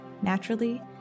naturally